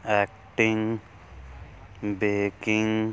acting baking